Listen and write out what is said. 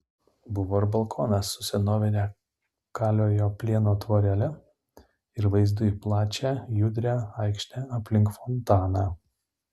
buvo ir balkonas su senovine kaliojo plieno tvorele ir vaizdu į plačią judrią aikštę aplink fontaną